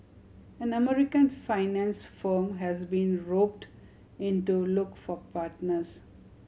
an American finance firm has been roped in to look for partners